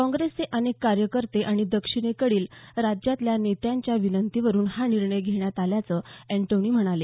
काँग्रेसचे अनेक कार्यकर्ते आणि दक्षिणेकडील राज्यांतल्या नेत्यांच्या विनंतीवरून हा निर्णय घेण्यात आल्याचं अँटोनी म्हणाले